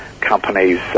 companies